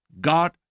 God